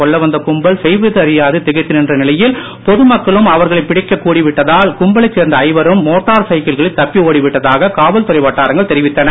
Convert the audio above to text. கொல்ல வந்த கும்பல் செய்வதறியாது திகைத்து நின்ற நிலையில் பொது மக்களும் அவர்களை பிடிக்க கூடி விட்டதால் கும்பலைச் சேர்ந்த ஐவரும் மோட்டார் சைக்கிள்களில் தப்பி ஓடி விட்டதாக காவல்துறை வட்டாரங்கள் தெரிவித்தன